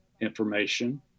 information